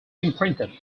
imprinted